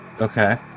Okay